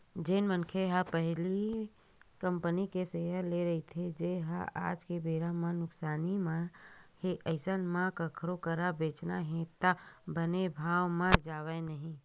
जेन मनखे पहिली ले कंपनी के सेयर लेए रहिथे जेनहा आज के बेरा म नुकसानी म हे अइसन म कखरो करा बेंचना हे त बने भाव म जावय नइ